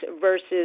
versus